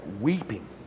weeping